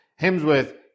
Hemsworth